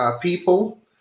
people